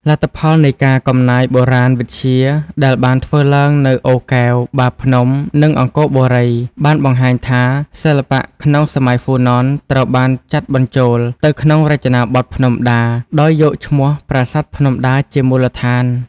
លទ្ធផលនៃការកំណាយបុរាណវិទ្យាដែលបានធ្វើឡើងនៅ អូរកែវ បាភ្នំ និង អង្គរបុរី បានបង្ហាញថា សិល្បៈក្នុងសម័យហ្វូណនត្រូវបានចាត់បញ្ចូលទៅក្នុងរចនាបថភ្នំដា ដោយយកឈ្មោះ ប្រាសាទភ្នំដា ជាមូលដ្ឋាន។